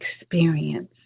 experience